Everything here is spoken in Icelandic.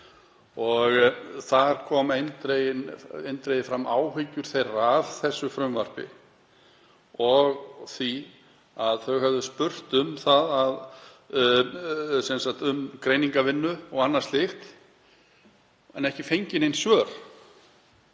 og þar komu eindregið fram áhyggjur þeirra af þessu frumvarpi og því að þau höfðu spurt um greiningarvinnu og annað slíkt en ekki fengið nein svör